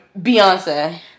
Beyonce